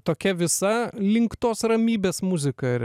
tokia visa link tos ramybės muzika ir